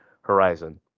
Horizon